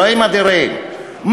אלוהים אדירים.